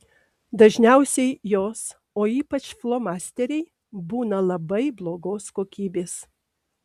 dažniausiai jos o ypač flomasteriai būna labai blogos kokybės